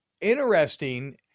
interesting